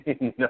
No